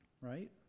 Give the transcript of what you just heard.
right